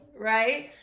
right